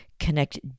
connect